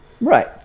Right